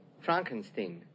Frankenstein